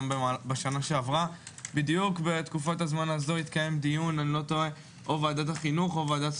גם בשנה שעברה בתקופת הזמן הזו בדיוק התקיים דיון בוועדת החינוך,